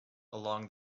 along